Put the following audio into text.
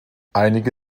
einige